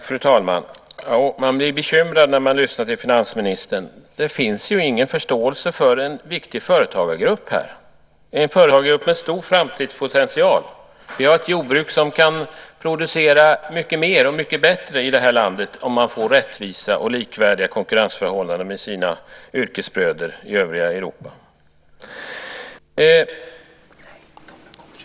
Fru talman! Man blir bekymrad när man lyssnar på finansministern. Här finns ingen förståelse för en viktig företagargrupp, en företagargrupp med stor framtidspotential. Vi har här i landet ett jordbruk som kan producera mycket mer och mycket bättre om det får rättvisa villkor och konkurrensförhållanden som är likvärdiga med deras yrkesbröders i övriga Europa.